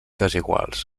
desiguals